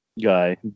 Guy